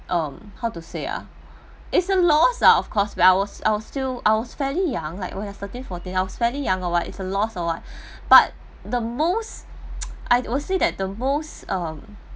um how to say ah it's a lost lah of course when I was I was still I was fairly young like when I was thirteen fourteen I was fairly young or what it was lost or what but the most I will see that the most um